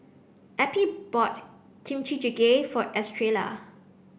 Eppie bought Kimchi Jjigae for Estrella